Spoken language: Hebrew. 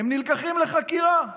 הם נלקחים לחקירה,